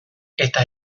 eta